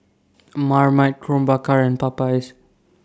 Marmite Krombacher and Popeyes